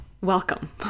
welcome